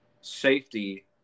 safety